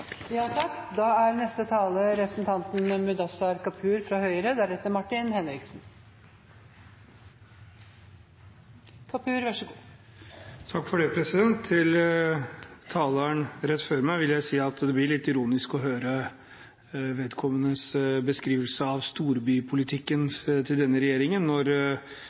Til taleren rett før meg vil jeg si at det blir litt ironisk å høre vedkommendes beskrivelse av storbypolitikken til denne regjeringen når